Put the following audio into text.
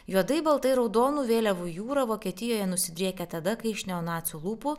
juodai baltai raudonų vėliavų jūra vokietijoje nusidriekia tada kai iš neonacių lūpų